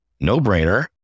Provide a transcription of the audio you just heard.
No-brainer